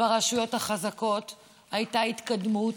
ברשויות החזקות הייתה התקדמות,